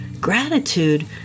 Gratitude